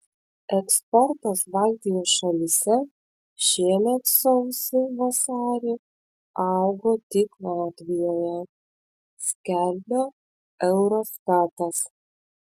eksportas baltijos šalyse šiemet sausį vasarį augo tik latvijoje skelbia eurostatas